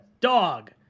dog